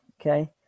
okay